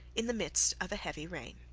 in the midst of a heavy rain.